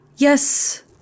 Yes